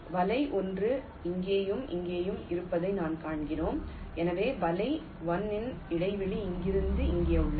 வலை ஒன்று இங்கேயும் இங்கேயும் இருப்பதை நான் காண்கிறேன் எனவே வலை 1 இன் இடைவெளி இங்கிருந்து இங்கே உள்ளது